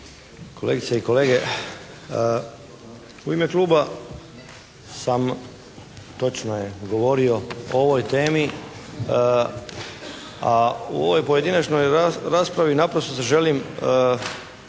Kolegice i kolege, u ime Kluba sam točno je govorio o ovoj temi, a u ovoj pojedinačnoj raspravi naprosto se želim malo